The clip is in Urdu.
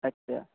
اچھا